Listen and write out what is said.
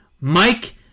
Mike